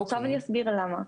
עכשיו אני אסביר למה.